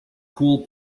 cool